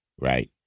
right